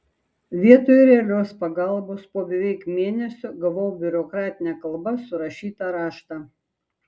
vietoj realios pagalbos po beveik mėnesio gavau biurokratine kalba surašytą raštą